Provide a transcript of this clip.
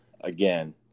again